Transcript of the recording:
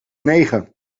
negen